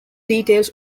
details